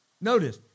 Notice